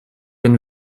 been